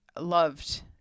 loved